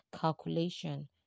calculation